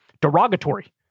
derogatory